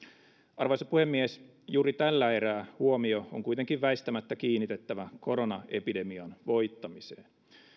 arvoisa puhemies juuri tällä erää huomio on kuitenkin väistämättä kiinnitettävä koronaepidemian voittamiseen